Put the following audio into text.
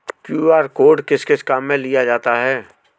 QR code किस किस काम में लिया जाता है?